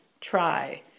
try